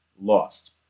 lost